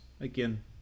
again